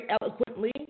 eloquently